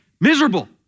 miserable